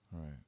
Right